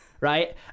Right